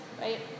right